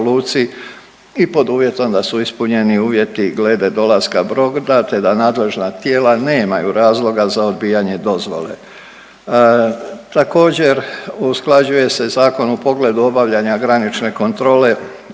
i pod uvjetom da su ispunjeni uvjeti glede dolaska broda, te da nadležna tijela nemaju razloga za odbijanje dozvole. Također usklađuje se zakon u pogledu obavljanja granične kontrole